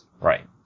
Right